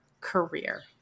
career